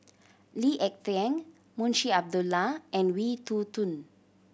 Lee Ek Tieng Munshi Abdullah and Wee Toon Boon